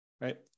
right